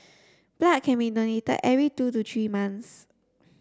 blood can be donated every two to three months